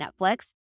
Netflix